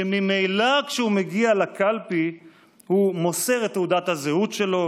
שממילא כשהוא מגיע לקלפי הוא מוסר את תעודת הזהות שלו,